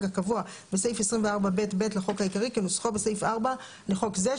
הקבוע בסעיף 24ב(ב) לחוק העיקרי כנוסחו בסעיף 4 לחוק זה.